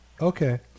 okay